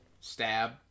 Stab